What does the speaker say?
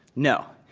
no.